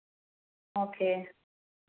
okay